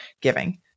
giving